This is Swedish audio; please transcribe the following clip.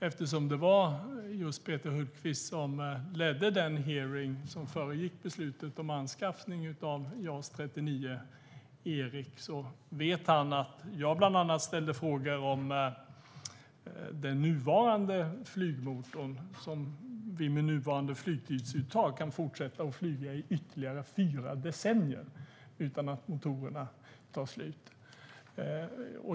Eftersom det var just Peter Hultqvist som ledde den hearing som föregick beslutet om anskaffning av JAS 39E vet han att jag bland annat ställde frågor om den nuvarande flygmotorn, som vi med nuvarande flygtidsuttag kan fortsätta att flyga i ytterligare fyra decennier utan att motorerna tar slut.